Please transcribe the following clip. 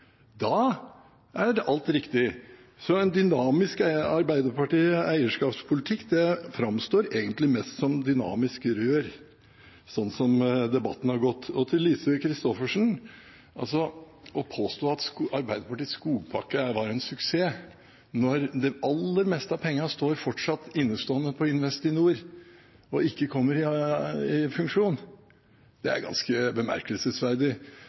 Da var alt riktig. Så en dynamisk Arbeiderparti-eierskapspolitikk framstår egentlig mest som dynamisk rør, sånn som debatten har gått. Til Lise Christoffersen: Å påstå at Arbeiderpartiets skogpakke var en suksess, når det aller meste av pengene fortsatt er innestående på Investinor og ikke kommer i funksjon, er ganske bemerkelsesverdig.